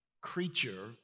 creature